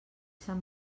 sant